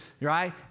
right